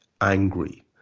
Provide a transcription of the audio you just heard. angry